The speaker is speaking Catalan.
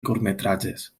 curtmetratges